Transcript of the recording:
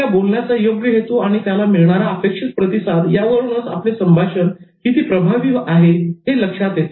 आपल्या बोलण्याचा योग्य हेतु आणि त्याला मिळणारा अपेक्षित प्रतिसाद यावरूनच आपले संभाषण किती प्रभावी आहे हे लक्षात येते